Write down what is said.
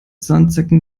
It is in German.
sandsäcken